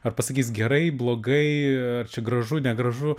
ar pasakys gerai blogai ar čia gražu negražu